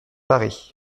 paris